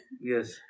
Yes